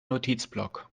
notizblock